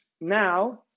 now